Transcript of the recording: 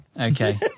Okay